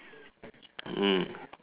mm